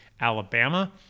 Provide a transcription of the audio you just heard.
Alabama